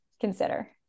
consider